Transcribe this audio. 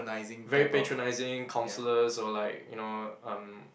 very patronizing counsellors or like you know um